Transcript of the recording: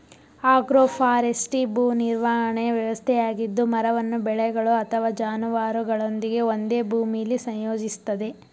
agroforestry ಭೂ ನಿರ್ವಹಣಾ ವ್ಯವಸ್ಥೆಯಾಗಿದ್ದು ಮರವನ್ನು ಬೆಳೆಗಳು ಅಥವಾ ಜಾನುವಾರುಗಳೊಂದಿಗೆ ಒಂದೇ ಭೂಮಿಲಿ ಸಂಯೋಜಿಸ್ತದೆ